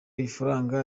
ifaranga